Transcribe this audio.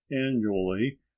annually